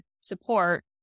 support